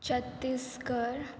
Chhattisgarh